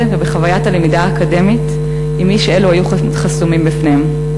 ואת חוויית הלמידה האקדמית עם מי שאלו היו חסומים בפניהם.